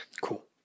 cool